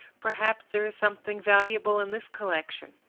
perhaps there is something valuable in this collection.